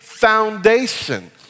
foundation